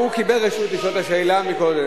אין לה סמכות גם לבקש ממך לענות.